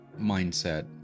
mindset